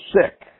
sick